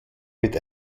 mit